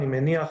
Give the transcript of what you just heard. אני מניח,